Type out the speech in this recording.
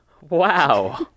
Wow